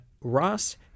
Ross